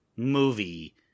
movie